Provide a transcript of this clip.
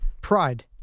Pride